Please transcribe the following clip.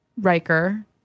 Riker